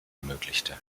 ermöglichte